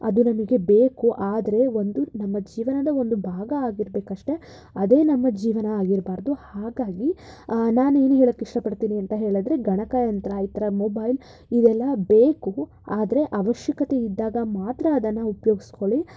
ಅದು ನಮಗೆ ಬೇಕು ಆದರೆ ಒಂದು ನಮ್ಮ ಜೀವನದ ಒಂದು ಭಾಗ ಆಗಿರಬೇಕಷ್ಟೆ ಅದೇ ನಮ್ಮ ಜೀವನ ಆಗಿರ್ಬಾರ್ದು ಹಾಗಾಗಿ ನಾನು ಏನು ಹೇಳಕ್ಕೆ ಇಷ್ಟಪಡ್ತೀನಿ ಅಂತ ಹೇಳಿದರೆ ಗಣಕಯಂತ್ರ ಈ ಥರ ಮೊಬೈಲ್ ಇವೆಲ್ಲ ಬೇಕು ಆದರೆ ಅವಶ್ಯಕತೆ ಇದ್ದಾಗ ಮಾತ್ರ ಅದನ್ನು ಉಪಯೋಗಿಸ್ಕೊಳ್ಳಿ